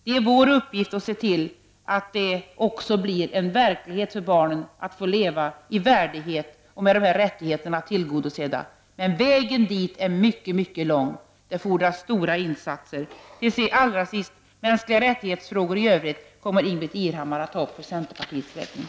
Det är vår uppgift att se till att det också blir en verklighet för barnen att få leva i värdighet och med dessa rättigheter tillgodosedda. Men vägen dit är mycket lång, och det fordras stora insatser. Ingbritt Irhammar kommer att för centerpartiets räkning ta upp övriga frågor om mänskliga rättigheter.